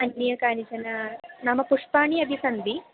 अन्ये कानिचन नानानि पुष्पाणि अपि सन्ति